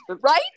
Right